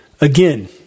Again